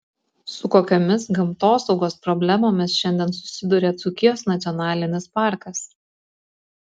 su kokiomis gamtosaugos problemomis šiandien susiduria dzūkijos nacionalinis parkas